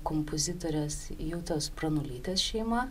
kompozitorės jutos pranulytės šeima